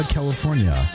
California